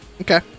Okay